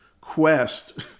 quest